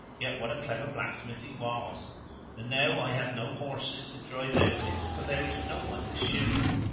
yet what a clever blacksmith he was! and now i have no horses to drive out with, for there is no one to shoe them.